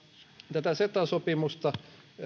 tätä ceta sopimusta